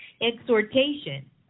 exhortation